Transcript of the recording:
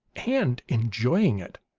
and enjoying it.